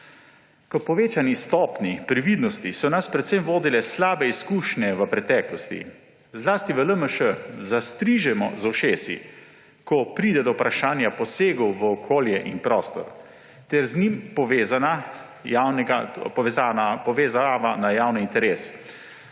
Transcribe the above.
K povečani stopnji previdnosti so nas predvsem vodile slabše izkušnje v preteklosti. Zlasti v LMŠ zastrižemo z ušesi, ko pride do vprašanja posegov v okolje in prostor ter z njim povezava na javni interes.